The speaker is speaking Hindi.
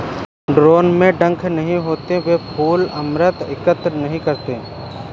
ड्रोन में डंक नहीं होते हैं, वे फूल अमृत एकत्र नहीं करते हैं